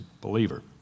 believer